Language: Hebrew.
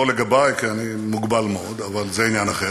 לא לגבי, כי אני מוגבל מאוד, אבל זה עניין אחר.